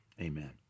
Amen